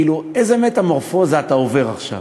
איזו מטמורפוזה אתה עובר עכשיו.